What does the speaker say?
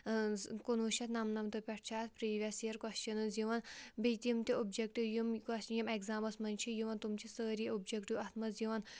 کُنوُہ شَتھ نَمنَمتہٕ پٮ۪ٹھ چھِ اَتھ پِرٛیٖویٚس یِیَر کۄسچَنٕز یِوان بیٚیہِ تِم تہِ اوٚبجِکٹِو یِم کۄسچ یِم ایٚگزامَس منٛز چھِ یِوان تِم چھِ سٲری اوٚبجکٹِو اَتھ منٛز یِوان